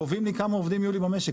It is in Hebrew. קובעים לי כמה עובדים יהיו לי במשק,